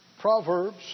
Proverbs